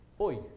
Oi